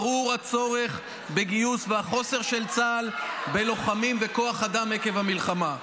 ברור הצורך בגיוס והחוסר של צה"ל בלוחמים וכוח אדם עקב המלחמה.